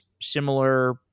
similar